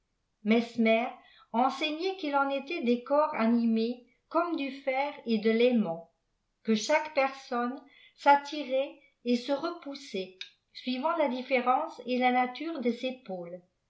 medmer enseignai qu'il en était des corps animés îomme du far et dé vaîmant que chaque personne s'attirait et se repoussait suivant la différence et la nature de ses pôles